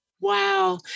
Wow